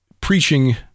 preaching